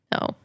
No